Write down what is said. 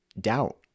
doubt